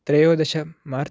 त्रयोदश मार्च्